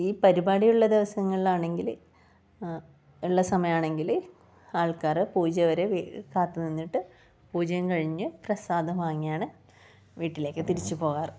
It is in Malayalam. ഈ പരിപാടിയുള്ള ദിവസങ്ങളിൽ ആണെങ്കിൽ ഉള്ള സമയമാണെങ്കിൽ ആൾക്കാർ പൂജ വരെ കാത്തു നിന്നിട്ട് പൂജയും കഴിഞ്ഞ് പ്രസാദം വാങ്ങിയാണ് വീട്ടിലേക്ക് തിരിച്ചു പോകാറ്